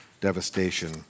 devastation